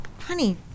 Honey